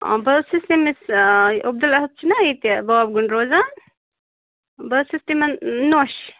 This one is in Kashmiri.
بہٕ حظ چھَس تٔمِس عبدل احد چھُنا ییٚتہِ باب گُن روزان بہٕ حظ چھَس تِمَن نۄش